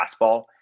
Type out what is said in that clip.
fastball